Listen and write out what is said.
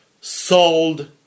sold